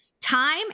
Time